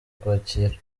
kwakira